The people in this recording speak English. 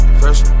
fresh